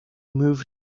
moved